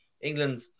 England